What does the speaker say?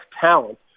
talent